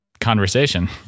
conversation